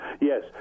Yes